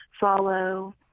follow